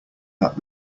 that